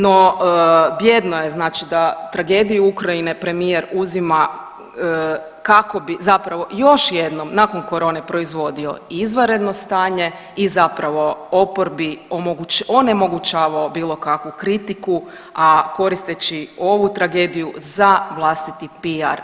No, bijedno je znači da tragediju Ukrajine premijer uzima kako bi zapravo još jednom nakon korone proizvodio i izvanredno stanje i zapravo oporbi onemogućavao bilo kakvu kritiku, a koristeći ovu tragediju za vlastiti PR.